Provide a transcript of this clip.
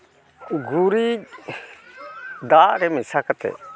ᱜᱩᱨᱤᱡ ᱫᱟᱜ ᱨᱮ ᱢᱮᱥᱟ ᱠᱟᱛᱮ